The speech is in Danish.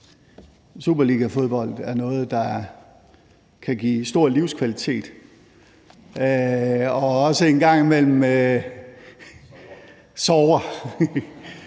superligafodbold er noget, der kan give stor livskvalitet og en gang imellem også sorger,